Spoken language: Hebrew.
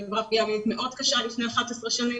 היא עברה פגיעה מינית מאוד קשה לפני 11 שנים,